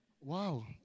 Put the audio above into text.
Wow